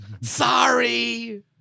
Sorry